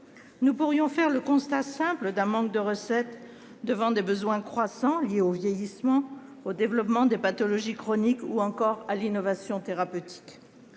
Nous pourrions faire le constat simple d'un manque de recettes devant des besoins croissants, liés au vieillissement, au développement des pathologies chroniques ou encore à l'innovation thérapeutique.